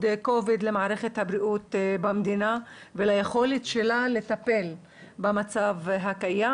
כובד למערכת הבריאות במדינה וליכולת שלה לטפל במצב הקיים,